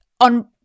on